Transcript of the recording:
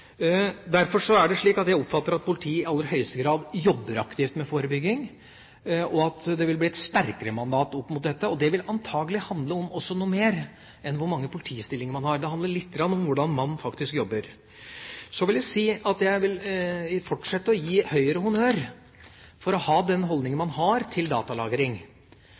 Derfor oppfatter jeg det slik at politiet i aller høyeste grad jobber aktivt med forebygging, og at det vil bli et sterkere mandat opp mot dette. Og det vil antakelig også handle om noe mer enn om hvor mange politistillinger man har; det handler litt om hvordan man faktisk jobber. Jeg vil fortsette å gi Høyre honnør for den holdningen man har til datalagring,